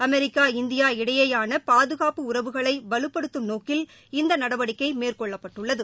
America India இடையேயானபாதுகாப்பு உறவுகளைவலுப்படுத்தும் நோக்கில் இந்தநடவடிக்கைமேற்கொள்ளப்பட்டுள்ளது